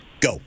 Go